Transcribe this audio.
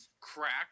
cracked